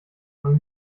von